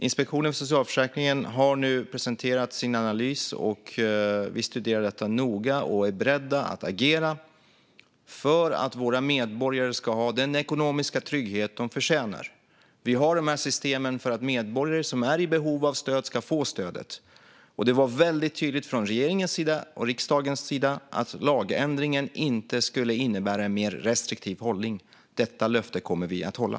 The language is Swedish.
Inspektionen för socialförsäkringen har nu presenterat sin analys. Vi studerar detta noga och är beredda att agera för att våra medborgare ska ha den ekonomiska trygghet de förtjänar. Vi har dessa system för att medborgare som är i behov av stöd ska få stöd. Det var väldigt tydligt från regeringens och riksdagens sida att lagändringen inte skulle innebära en mer restriktiv hållning. Detta löfte kommer vi att hålla.